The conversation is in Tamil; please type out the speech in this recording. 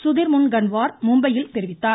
சுதீர் முன்கன்வார் மும்பையில் தெரிவித்தார்